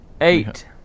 Eight